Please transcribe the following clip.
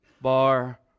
bar